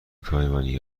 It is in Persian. تایوانی